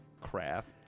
craft